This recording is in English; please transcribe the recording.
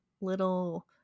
little